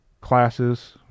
classes